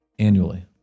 Annually